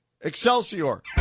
Excelsior